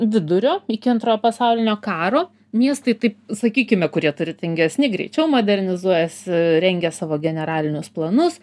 vidurio iki antrojo pasaulinio karo miestai taip sakykime kurie turtingesni greičiau modernizuojasi rengia savo generalinius planus